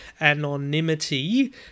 anonymity